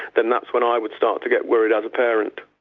then that's when i would start to get worried as a parent.